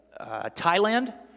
Thailand